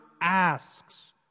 asks